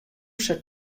set